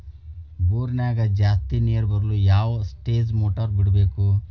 ಬೋರಿನ್ಯಾಗ ಜಾಸ್ತಿ ನೇರು ಬರಲು ಯಾವ ಸ್ಟೇಜ್ ಮೋಟಾರ್ ಬಿಡಬೇಕು?